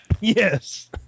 Yes